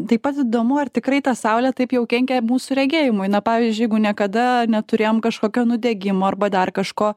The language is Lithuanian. taip pat įdomu ar tikrai ta saulė taip jau kenkia mūsų regėjimui na pavyzdžiui jeigu niekada neturėjom kažkokio nudegimo arba dar kažko